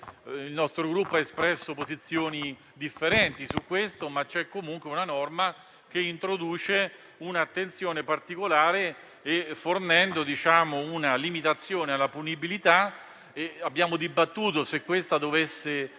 Il nostro Gruppo ha espresso posizioni differenti su questo punto, ma c'è comunque una norma che introduce un'attenzione particolare, fornendo una limitazione alla punibilità. Abbiamo dibattuto se essa dovesse